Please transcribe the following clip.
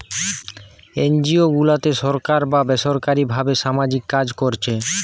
NGO গুলাতে সরকার বা বেসরকারী ভাবে সামাজিক কাজ কোরছে